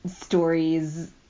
stories